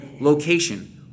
Location